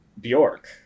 Bjork